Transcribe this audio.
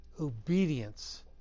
obedience